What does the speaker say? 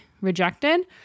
rejected